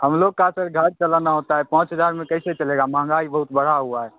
हम लोग का सर घर चलाना होता है पाँच हजार में कैसे चलेगा महँगाई बहुत बढ़ा हुआ है